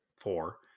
Four